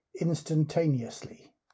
instantaneously